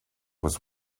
was